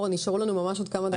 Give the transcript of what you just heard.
אור נשארו לנו ממש עוד כמה דקות,